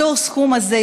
מתוך הסכום הזה,